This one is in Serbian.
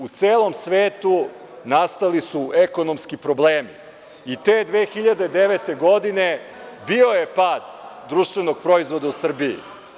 U celom svetu nastali su ekonomski problemi i te 2009. godine bio je pad društvenog proizvoda u Srbiji.